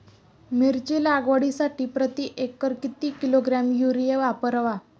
मिरची लागवडीसाठी प्रति एकर किती किलोग्रॅम युरिया वापरावा?